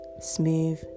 smooth